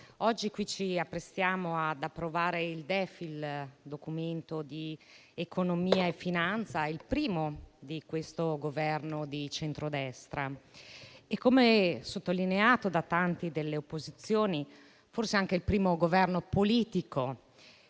odierna ci apprestiamo ad approvare il primo Documento di economia e finanza di questo Governo di centrodestra. Come sottolineato da tanti colleghi delle opposizioni, forse è anche il primo Governo politico